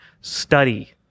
study